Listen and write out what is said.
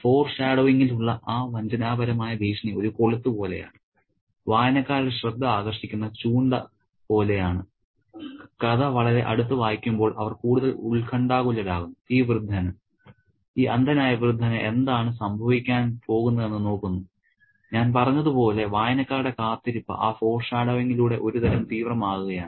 ഫോർഷാഡോയിങിലുള്ള ആ വഞ്ചനാപരമായ ഭീഷണി ഒരു കൊളുത്ത് പോലെയാണ് വായനക്കാരുടെ ശ്രദ്ധ ആകർഷിക്കുന്ന ചൂണ്ട പോലെയാണ് കഥ വളരെ അടുത്ത് വായിക്കുമ്പോൾ അവർ കൂടുതൽ ഉത്കണ്ഠാകുലരാകുന്നു ഈ വൃദ്ധന് ഈ അന്ധനായ വൃദ്ധന് എന്താണ് സംഭവിക്കാൻ പോകുന്നതെന്ന് നോക്കുന്നു ഞാൻ പറഞ്ഞതുപോലെ വായനക്കാരുടെ കാത്തിരിപ്പ് ആ ഫോർഷാഡോയിങ്ങിലൂടെ ഒരു തരം തീവ്രമാകുകയാണ്